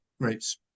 great